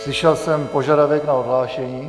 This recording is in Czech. Slyšel jsem požadavek na odhlášení.